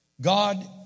God